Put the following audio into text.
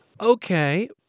Okay